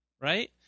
right